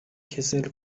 کسل